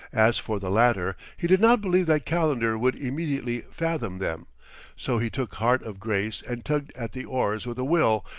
as for the latter, he did not believe that calendar would immediately fathom them so he took heart of grace and tugged at the oars with a will,